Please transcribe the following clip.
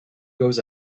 goes